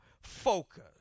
focus